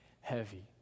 heavy